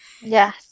yes